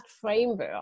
framework